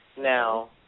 Now